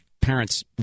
parents